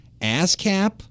ASCAP